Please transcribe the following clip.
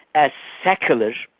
as secular,